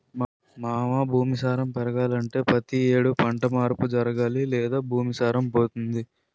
మావా భూమి సారం పెరగాలంటే పతి యేడు పంట మార్పు జరగాలి లేదంటే భూమి సారం పోతుంది